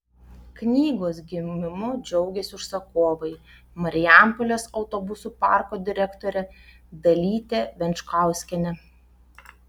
knygos gimimu džiaugėsi užsakovai marijampolės autobusų parko direktorė dalytė venčkauskienė